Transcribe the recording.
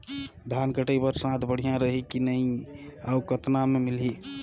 धान कटाई बर साथ बढ़िया रही की नहीं अउ कतना मे मिलही?